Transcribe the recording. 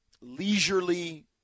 leisurely